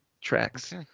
Tracks